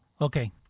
Okay